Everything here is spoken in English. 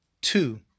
Two